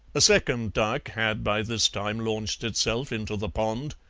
a second duck had by this time launched itself into the pond,